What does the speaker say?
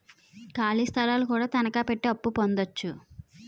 ఖాళీ స్థలాలు కూడా తనకాపెట్టి అప్పు పొందొచ్చు